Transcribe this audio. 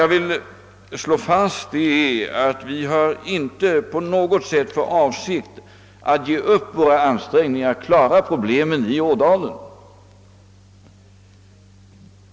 Jag vill här slå fast att vi inte har för avsikt att sluta med våra ansträngningar att klara problemen i Ådalen.